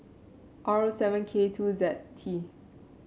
R seven K two Z T